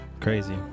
crazy